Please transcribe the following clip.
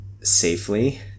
safely